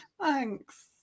Thanks